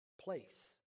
place